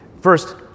First